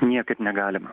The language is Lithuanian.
niekaip negalima